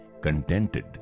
contented